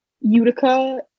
Utica